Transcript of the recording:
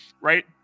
right